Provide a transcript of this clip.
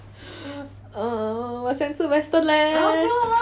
uh 我想吃 western leh